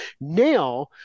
Now